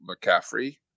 McCaffrey